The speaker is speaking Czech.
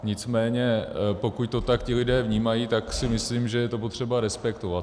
Nicméně pokud to tak ti lidé vnímají, tak si myslím, že je to potřeba respektovat.